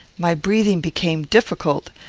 my breathing became difficult,